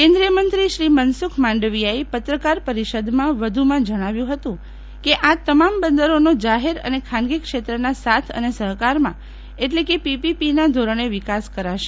કેન્દ્રીય મંત્રી શ્રી મનસુખ માંડવીયાએ પત્રકાર પરિષદમાં જજ્ઞાવ્યું હતું કે આ તમામ બંદરોનો જાહેર અને ખાનગી ક્ષેત્રના સાથ અને સહકારમાં એટલે કે પીપીપીના ધોરક્ષે વિકાસ કરાશે